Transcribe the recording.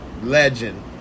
legend